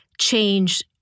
change